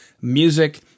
music